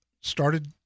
started